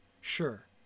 sure